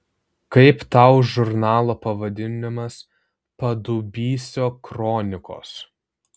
kaip tau žurnalo pavadinimas padubysio kronikos